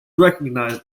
recognized